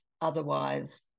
otherwise